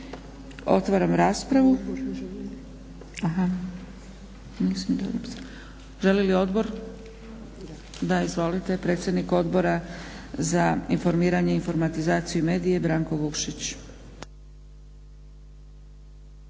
Otvaram raspravu. Želi li odbor? Da, izvolite, predsjednik Odbora za informiranje, informatizaciju i medije Branko VukšiĆ.